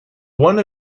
one